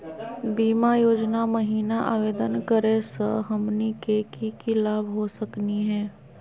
बीमा योजना महिना आवेदन करै स हमनी के की की लाभ हो सकनी हे?